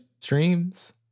Streams